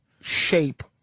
shape